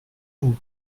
vous